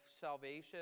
salvation